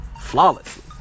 flawlessly